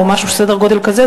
או סדר-גודל כזה,